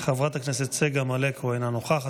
חברת הכנסת צגה מלקו, אינה נוכחת.